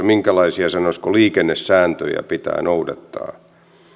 minkälaisia sanoisiko liikennesääntöjä kansainvälisessä politiikassa pitää noudattaa niin